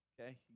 okay